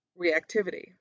reactivity